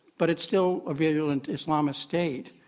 but it's still a virulent islamist state.